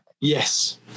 Yes